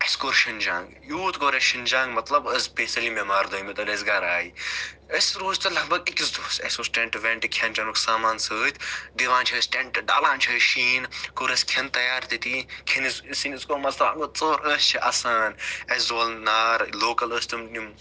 اَسہِ کوٚر شِن جنٛگ یوٗت کوٚر اَسہِ شِن جَنٛگ مَطلب أسۍ پے سٲرے بیٚمار دٔیمہِ دۄہ ییٚلہِ أسۍ گَرٕ آے أسۍ روٗزۍ تتہ لگ بگ أکِس دۄہَس اَسہِ اوس ٹیٚنٹ ویٚنٹ کھیٚن چَنُک سامان سۭتۍ دِوان چھِ أسۍ ڈالان چھِ أسۍ شیٖن کوٚر اَسہِ کھیٚن تیار تٔتے کھیٚنس سِنِس گوٚو مَرژوانٛگُن ژوٚر أسۍ چھِ اَسان اَسہِ زول نار لوکل ٲسۍ تم یم